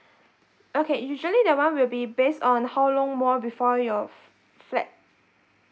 okay usually that one will be based on how long more before your flat